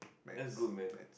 that's good man